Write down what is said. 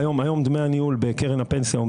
היום דמי הניהול בקרן הפנסיה ברירת מחדל בחברת הביטוח